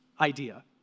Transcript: idea